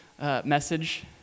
message